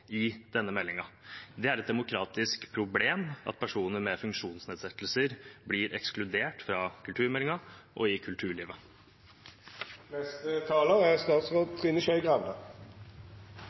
i denne meldingen. Det er et demokratisk problem at personer med funksjonsnedsettelser blir ekskludert fra kulturmeldingen og i